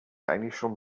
eigentlich